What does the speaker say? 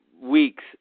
weeks